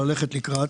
ללכת לקראת.